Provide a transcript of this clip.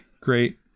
great